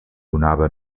donava